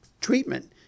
treatment